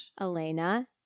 elena